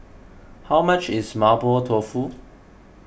how much is Mapo Tofu